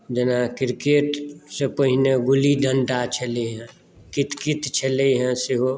जेना क्रिकेटसँ पहिने गुल्ली डण्डा छलै हेँ कित कित छलै हेँ सेहो